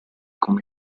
come